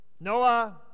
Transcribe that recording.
Noah